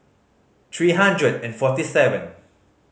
three hundred and forty seven